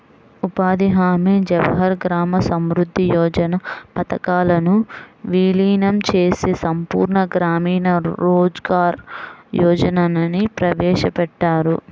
ఉపాధి హామీ, జవహర్ గ్రామ సమృద్ధి యోజన పథకాలను వీలీనం చేసి సంపూర్ణ గ్రామీణ రోజ్గార్ యోజనని ప్రవేశపెట్టారు